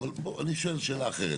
אני שואל שאלה אחרת.